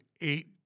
eight